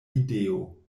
ideo